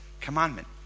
commandment